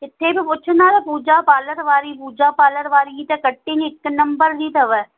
किथे बि पुछंदो पूजा पालर वारी पूजा पालर वारी ही त कटिंग हिक नंबर जी अथव